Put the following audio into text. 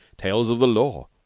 tales of the law,